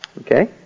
Okay